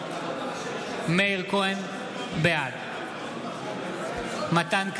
בעד מתן כהנא,